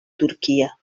turquia